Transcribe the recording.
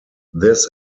this